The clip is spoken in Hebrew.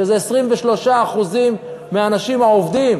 שזה 23% מהאנשים העובדים?